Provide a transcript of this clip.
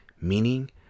meaning